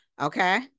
Okay